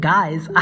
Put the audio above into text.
Guys